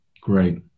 Great